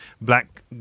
black